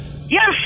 Yes